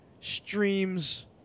streams